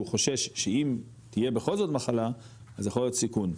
חושש שאם תהיה בכל זאת מחלה אז זה יכול להיות סיכון,